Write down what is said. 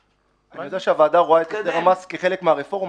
אני יודע שהוועדה רואה את הסדר המס כחלק מהרפורמה.